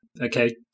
Okay